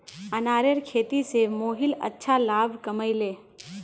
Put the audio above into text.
अनारेर खेती स मोहित अच्छा लाभ कमइ ले